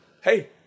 Hey